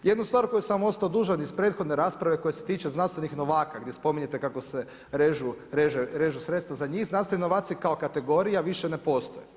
Jednu stvar koju sam vam ostao dužan iz prethodne rasprave koja se tiče znanstvenih novaka gdje spominjete kako se režu sredstva za njih znanstveni novaci kao kategorija više ne postoje.